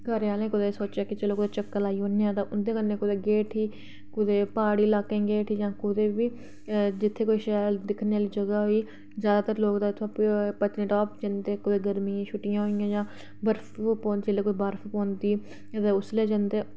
घरें आह्लें कदें सोचेआ कि चलो कुतै चक्कर लाई औने आं ते उंदे कन्नै कुतै गे उठी कुतै प्हाड़ी इलाकें गे उठी जां कुतै बी जित्थै कोई शैल दिक्खने आह्ली जगह होई ज्यादातर लोग ते इत्थुआं पत्तनी टाप जंदे गर्मियें दी छुट्टियां होइयां जां बर्फ पौन जिल्ले कोई बर्फ पौंदी ते उसलै जंदे